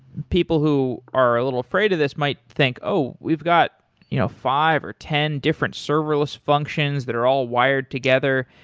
people who are a little afraid of this might think, oh, we've got you know five or ten different serverless functions that are all wired together,